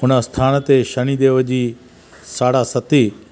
हुन आस्थान ते शनिदेव जी साढा सती